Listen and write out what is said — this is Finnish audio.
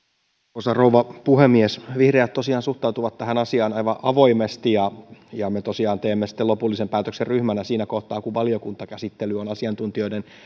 arvoisa rouva puhemies vihreät tosiaan suhtautuvat tähän asiaan aivan avoimesti ja ja me tosiaan teemme sitten lopullisen päätöksen ryhmänä siinä kohtaa kun valiokuntakäsittely on asiantuntijoiden